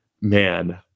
man